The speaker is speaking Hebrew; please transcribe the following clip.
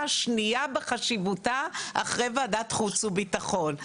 השנייה בחשיבותה אחרי ועדת חוץ וביטחון.